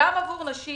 גם עבור נשים